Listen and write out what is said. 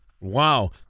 Wow